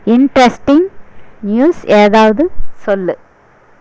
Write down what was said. interesting news ஏதாவது சொல்